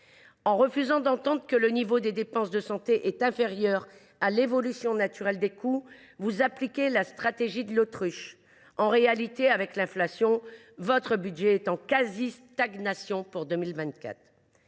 En refusant d’entendre que le niveau des dépenses de santé est inférieur à l’évolution naturelle des coûts, vous appliquez la stratégie de l’autruche. En réalité, avec l’inflation, votre budget est en quasi stagnation pour 2024.